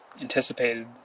anticipated